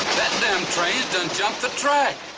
that damn train's done jumped the track.